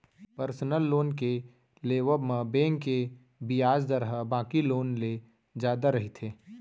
personal loan के लेवब म बेंक के बियाज दर ह बाकी लोन ले जादा रहिथे